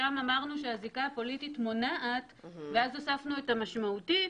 ששם אמרנו שהזיקה הפוליטית מונעת ואז הוספנו את המשמעותית,